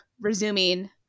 resuming